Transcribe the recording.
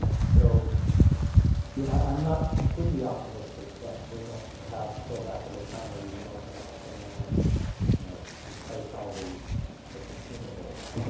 so yeah, i'm not completely optimistic that we're going to go back to the time where you could open up a fan and you know replace all the the consumables,